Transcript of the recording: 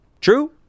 true